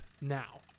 now